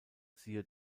siehe